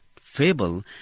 fable